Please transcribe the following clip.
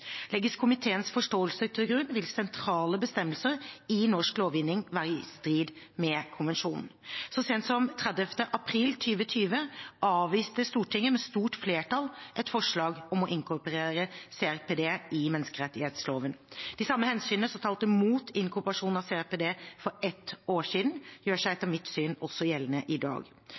Legges komiteens forståelse til grunn, vil sentrale bestemmelser i norsk lovgivning være i strid med konvensjonen. Så sent som 30. april 2020 avviste Stortinget med stort flertall et forslag om å inkorporere CRPD i menneskerettsloven. De samme hensynene som talte mot inkorporasjon av CRPD for et år siden, gjør seg etter mitt syn også gjeldende i dag.